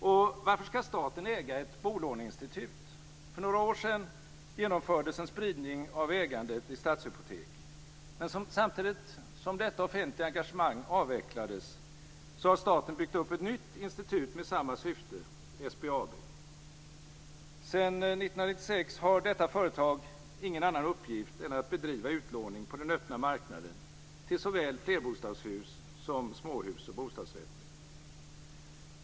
Och varför ska staten äga ett bolåneinstitut? För några år sedan genomfördes en spridning av ägandet i Stadshypotek. Men samtidigt som detta offentliga engagemang avvecklats har staten byggt upp ett nytt institut med samma syfte, SBAB. Sedan 1996 har detta företag ingen annan uppgift än att bedriva utlåning på den öppna marknaden till såväl flerbostadshus som småhus och bostadsrätter.